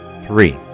Three